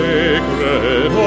Sacred